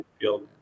feel